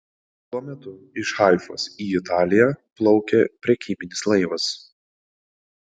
tuo metu iš haifos į italiją plaukė prekybinis laivas